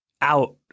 out